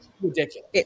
ridiculous